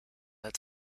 als